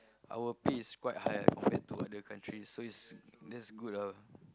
our pay is quite high eh compared to other countries so is that's good ah